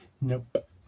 nope